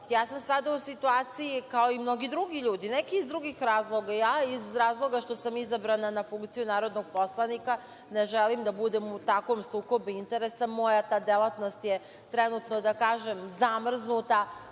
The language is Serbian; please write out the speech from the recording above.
Sada sam u situaciji kao i mnogi drugi ljudi, neki iz drugih razloga. Ja iz razloga što sam izabrana na funkciju narodnog poslanika ne želim da budem u takvom sukobu interesa. Moja ta delatnost je trenutno da kažem zamrznuta